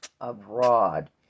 abroad